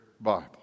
Bible